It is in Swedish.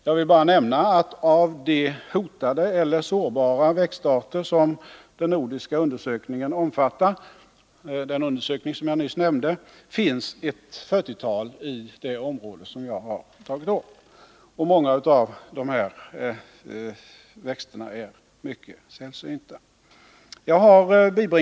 Jag vill bara nämna att av de hotade eller sårbara växtarter som omfattas av den nordiska undersökningen, som jag nyss nämnde, finns ett 40-tal i området. Och många av dessa växter är mycket sällsynta.